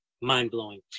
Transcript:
mind-blowing